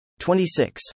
26